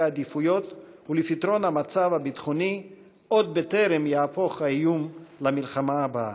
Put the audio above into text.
העדיפויות ולפתרון המצב הביטחוני עוד בטרם יהפוך האיום למלחמה הבאה.